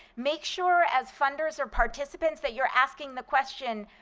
make sure as funders or participants that you're asking the question,